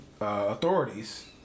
authorities